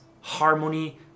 harmony